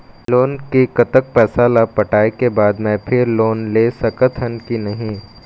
Loan के कतक पैसा ला पटाए के बाद मैं फिर लोन ले सकथन कि नहीं?